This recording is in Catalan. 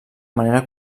manera